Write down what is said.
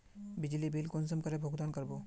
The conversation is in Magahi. बिजली बिल कुंसम करे भुगतान कर बो?